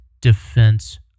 defense